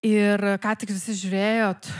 ir ką tik visi žiūrėjot